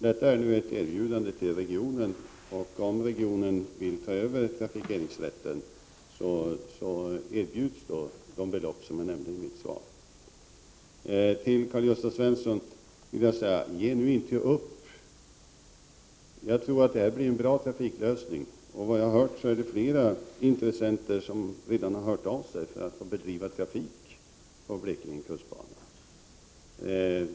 Detta är nu ett erbjudande till regionen, och om regionen vill ta över trafikeringsrätten erbjuds de belopp som jag nämnde i mitt svar. Till Karl-Gösta Svenson vill jag säga: Ge nu inte upp! Jag tror att det här blir en bra trafiklösning. Enligt uppgift har flera intressenter redan hört av sig för att få bedriva trafik på Blekinge kustbana.